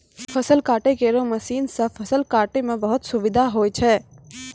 फसल काटै केरो मसीन सँ फसल काटै म बहुत सुबिधा होय छै